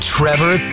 Trevor